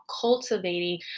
cultivating